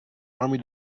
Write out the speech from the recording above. army